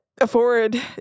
afford